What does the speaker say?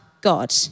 God